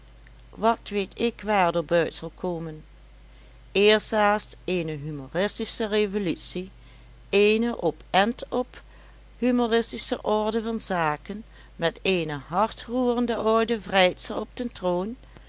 wat weet ik waar t op uit zal komen eerstdaags eene humoristische revolutie eene op end op humoristische orde van zaken met eene hartroerende oude vrijster op den troon